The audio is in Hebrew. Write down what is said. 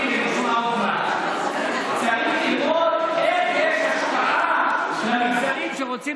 למשמע אוזניי: צריך ללמוד איזה השפעה יש למגזרים שרוצים